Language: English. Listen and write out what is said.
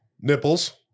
Nipples